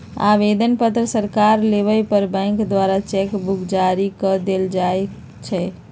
आवेदन पत्र सकार लेबय पर बैंक द्वारा चेक बुक जारी कऽ देल जाइ छइ